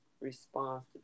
response